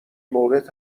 مورد